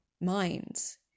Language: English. minds